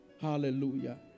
Hallelujah